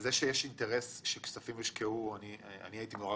זה שיש אינטרס שכספים יושקעו - אני הייתי מעורב